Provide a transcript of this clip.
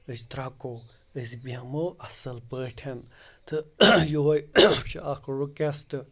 أسۍ درٛوٚکو أسۍ بیٚہمو اَصٕل پٲٹھۍ تہٕ یوٚہَے چھِ اَکھ رِکٮ۪سٹہٕ